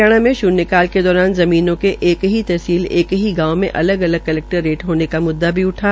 हरियाणा में शून्य काल के दौरान ज़मीनोंके एक ही तहसील एक ही गांव में अलग अलग कलैक्टर रेट होने का मुददा भी उठा